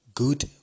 Good